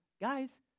Guys